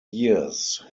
years